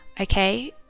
Okay